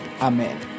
Amen